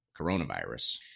coronavirus